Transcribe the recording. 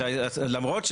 שלמרות,